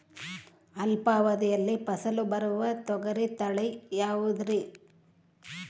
ಅಲ್ಪಾವಧಿಯಲ್ಲಿ ಫಸಲು ಬರುವ ತೊಗರಿ ತಳಿ ಯಾವುದುರಿ?